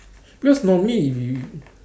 because normally if you